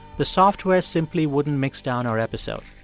the software simply wouldn't mix down our episode.